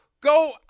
go